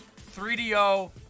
3DO